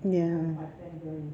ya